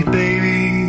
baby